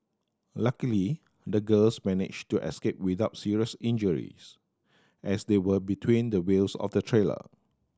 luckily the girls managed to escape without serious injuries as they were between the wheels of the trailer